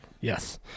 Yes